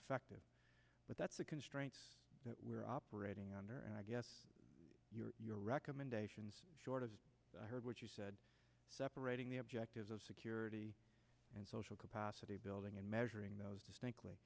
effective but that's a constraint that we're operating under and i guess your your recommendations short as i heard what you said separating the objectives of security and social capacity building and measuring those distinctly